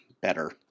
better